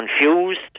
confused